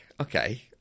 okay